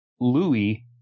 Louis